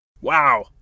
Wow